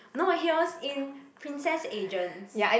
no he was in Princess Agents